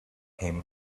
him